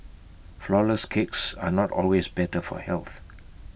Flourless Cakes are not always better for health